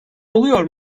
oluyor